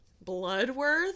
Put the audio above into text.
Bloodworth